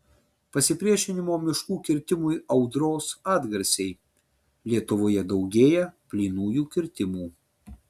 pasipriešinimo miškų kirtimui audros atgarsiai lietuvoje daugėja plynųjų kirtimų